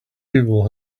people